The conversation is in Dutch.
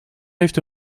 heeft